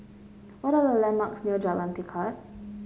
what are the landmarks near Jalan Tekad